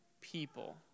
people